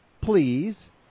please